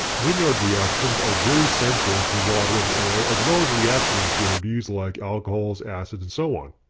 grignard reactions are very sensitive to water and air as well as reactive impurities like alcohols, acids, and so on.